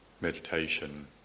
meditation